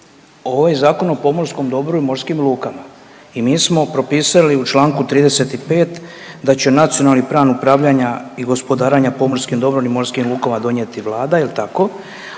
Ovo je Zakon o pomorskom dobru i morskim lukama i mi smo propisali u Članku 35. da će nacionalno plan upravljanja i gospodarenjem pomorskim dobrom i morskim lukama donijeti Vlada jel tako,